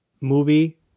movie